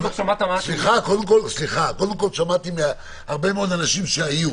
מאוד אנשים שהיו,